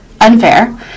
unfair